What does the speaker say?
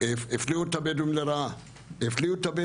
הפלו את הבדואים לרעה.